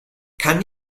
kann